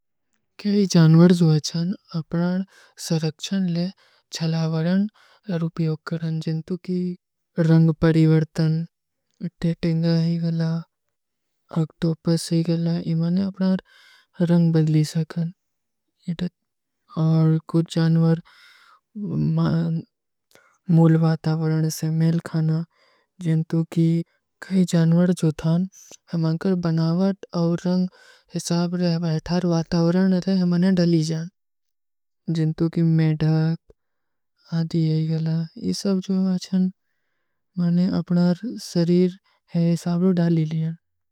କଈ ଜାନଵର ଜୋ ଅଚ୍ଛାନ ଅପରାନ ସରକ୍ଷନ ଲେ ଚଲାଵରନ ରୁପିଯୋକ କରଣ, ଜିନ୍ଦୁ କି ରଂଗ ପରିଵର୍ଟନ, ଟେଟିଂଗା ହୀ ଗଲା, ଅକ୍ଟୋପସ ହୀ ଗଲା, ଇମାନେ ଅପନା ରଂଗ ବଦଲୀ ସକଣ। ଔର କୁଛ ଜାନଵର ମୂଲ ଵାତାଵରଣ ସେ ମିଲ ଖାନା, ଜିନ୍ଦୁ କି କଈ ଜାନଵର ଜୋ ଥାନ, ହମାଂକର ବନାଵାଦ ଔର ରଂଗ ହିସାବର, ହମାଂକର ଵାତାଵରଣ ଥେ, ହମାଂନେ ଡଲୀ ଜାନ। ଜିନ୍ଦୁ କି ମେଢକ, ଆଦୀ ଯହୀ ଗଲା, ଇସ ସବ ଜୋ ହୈଂ, ହମାଂନେ ଅପନା ସରୀର ହିସାବର ଡଲୀ ଜାନ।